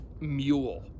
mule